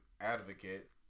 advocate